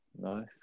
Nice